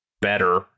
better